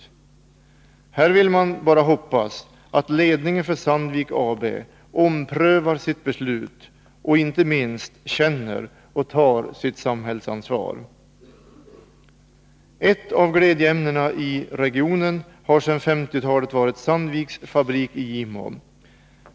I detta fall får man hoppas att ledningen för Sandvik AB omprövar sitt beslut, att de känner och tar sitt samhällsansvar. Ett av glädjeämnena i regionen har sedan 1950-talet varit Sandviks fabrik i Gimo.